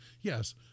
yes